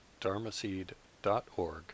dharmaseed.org